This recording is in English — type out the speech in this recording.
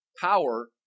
Power